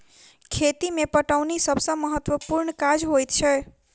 खेती मे पटौनी सभ सॅ महत्त्वपूर्ण काज होइत छै